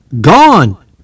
Gone